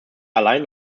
allein